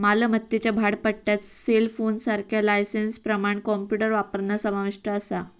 मालमत्तेच्या भाडेपट्ट्यात सेलफोनसारख्या लायसेंसप्रमाण कॉम्प्युटर वापरणा समाविष्ट असा